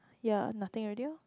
ya nothing already loh